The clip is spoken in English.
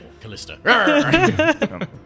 Callista